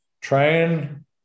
train